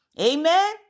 Amen